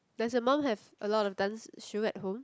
does your mum have a lot of dance shoe at home